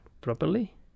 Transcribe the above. properly